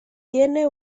tiene